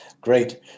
Great